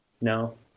no